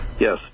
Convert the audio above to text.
Yes